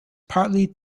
partly